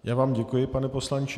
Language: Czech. Já vám děkuji, pane poslanče.